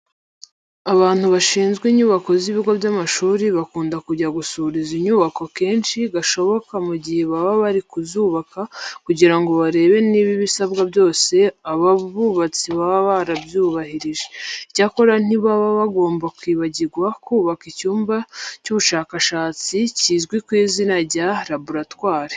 Abantu bashinzwe inyubako z'ibigo by'amashuri bakunda kujya gusura izi nyubako kenshi gashoboka mu gihe baba bari kuzubaka kugira ngo barebe niba ibisabwa byose aba bubatsi baba barabyubahirije. Icyakora ntibaba bagomba kwibagirwa kubaka icyumba cy'ubushakashatsi kizwi ku izina rya laboratwari.